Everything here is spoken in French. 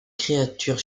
créature